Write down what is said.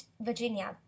Virginia